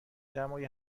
دمای